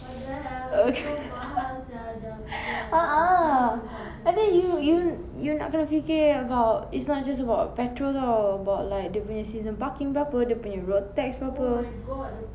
a'ah I think you you you nak kena fikir about it's not just about petrol [tau] about like dia punya season parking berapa dia punya road tax berapa